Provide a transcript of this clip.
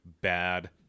bad